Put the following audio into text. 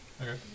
Okay